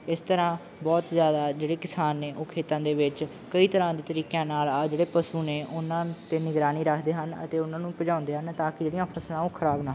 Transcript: ਇਸ ਤਰ੍ਹਾਂ ਬਹੁਤ ਜ਼ਿਆਦਾ ਜਿਹੜੇ ਕਿਸਾਨ ਨੇ ਉਹ ਖੇਤਾਂ ਦੇ ਵਿੱਚ ਕਈ ਤਰ੍ਹਾਂ ਦੇ ਤਰੀਕਿਆਂ ਨਾਲ ਆਹ ਜਿਹੜੇ ਪਸ਼ੂ ਨੇ ਉਹਨਾਂ 'ਤੇ ਨਿਗਰਾਨੀ ਰੱਖਦੇ ਹਨ ਅਤੇ ਉਹਨਾਂ ਨੂੰ ਭਜਾਉਂਦੇ ਹਨ ਤਾਂ ਕਿ ਜਿਹੜੀਆਂ ਫਸਲਾਂ ਉਹ ਖਰਾਬ ਨਾ ਹੋਣ